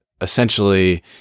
Essentially